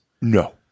No